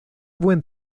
buen